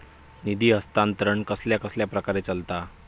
निधी हस्तांतरण कसल्या कसल्या प्रकारे चलता?